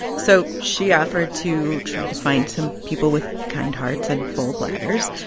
so she offered to try to find some people with kind hearts and full bladders.